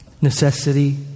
Necessity